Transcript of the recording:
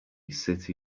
city